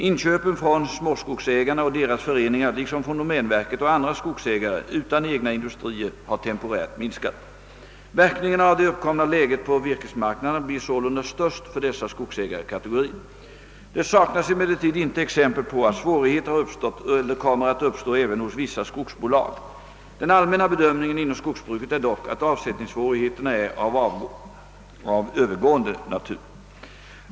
Inköpen från småskogsägarna och deras föreningar liksom från domänverket och andra skogsägare utan egna industrier har temporärt minskat. Verkningarna av det uppkomna läget på virkesmarknaden blir sålunda störst för dessa skogsägarekategorier. Det saknas emellertid inte exempel på att svårigheter har uppstått eller kommer att uppstå även hos vissa skogsbolag. Den allmänna bedömningen inom skogsbruket är dock att avsättningssvårigheterna är av övergående natur.